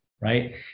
right